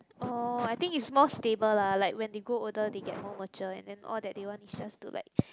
oh I think it's more stable lah like when they grow older they get more mature and then all that they want is just to like